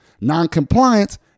Noncompliance